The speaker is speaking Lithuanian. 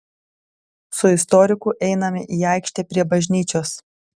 su istoriku einame į aikštę prie bažnyčios